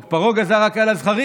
פרעה גזר, פרעה גזר רק על הזכרים,